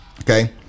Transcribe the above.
okay